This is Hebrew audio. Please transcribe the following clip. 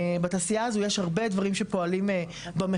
שבתעשייה הזו יש הרבה דברים שפועלים במחשכים.